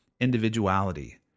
individuality